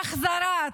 להחזרת,